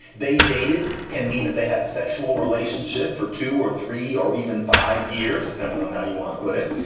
they dated can mean that they had a sexual relationship for two or three or even five years, depending on how you want to put it.